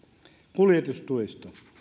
kuljetustuet